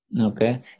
okay